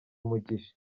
umugisha